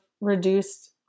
reduced